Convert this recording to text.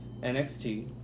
NXT